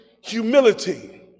humility